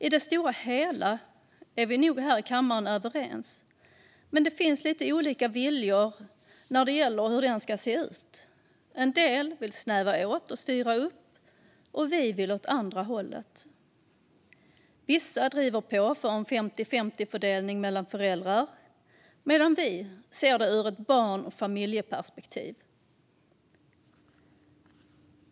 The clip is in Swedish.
I det stora hela är vi nog överens här i kammaren, men det finns lite olika viljor när det gäller hur föräldraförsäkringen ska se ut. En del vill snäva åt och styra upp, och vi vill åt andra hållet. Vissa driver på för en 50-50-fördelning mellan föräldrar, medan vi ser det ur ett barn och familjeperspektiv.